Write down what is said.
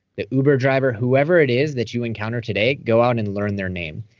the uber driver whoever it is that you encounter today, go out and learn their name.